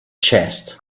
chest